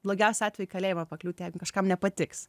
blogiausiu atveju į kalėjimą pakliūti jeigu kažkam nepatiks